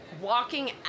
walking